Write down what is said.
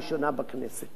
מה זה אומר, רבותי?